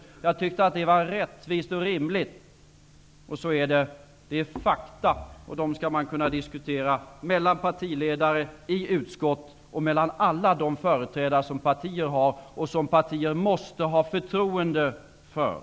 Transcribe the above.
Jag har tyckt att det är rättvist och rimligt. Detta är fakta, och dem skall man kunna diskutera mellan partiledare, i utskott och mellan alla olika partiföreträdare, som de enskilda partierna måste kunna ha förtroende för.